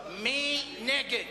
מי נגד?